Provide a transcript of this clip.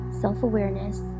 self-awareness